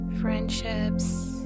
friendships